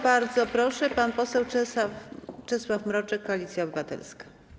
Bardzo proszę, pan poseł Czesław Mroczek, Koalicja Obywatelska.